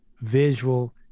visual